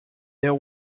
there